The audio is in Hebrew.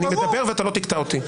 אני מדבר ואתה לא תקטע אותי.